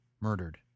murdered